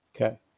Okay